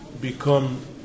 become